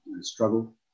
struggle